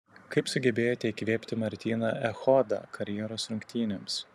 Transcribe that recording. kaip sugebėjote įkvėpti martyną echodą karjeros rungtynėms